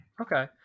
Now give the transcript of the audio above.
okay